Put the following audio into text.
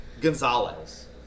Gonzalez